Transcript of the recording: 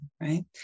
Right